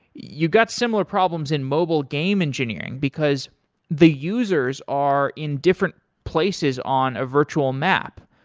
you got similar problems in mobile game engineering, because the users are in different places on a virtual map.